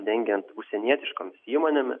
dengiant užsienietiškomis įmonėmis